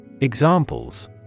Examples